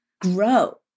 grow